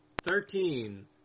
Thirteen